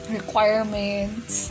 requirements